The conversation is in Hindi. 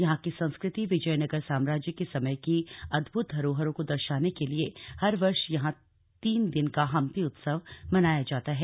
यहां की संस्कृति विजयनगर साम्राज्य के समय की अदभुत धरोहरों को दर्शाने के लिए हर वर्ष यहां तीन दिन का हंपी उत्सव मनाया जाता है